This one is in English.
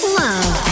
love